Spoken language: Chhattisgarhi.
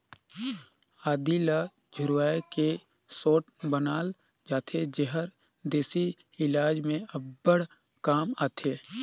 आदी ल झुरवाए के सोंठ बनाल जाथे जेहर देसी इलाज में अब्बड़ काम आथे